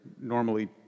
normally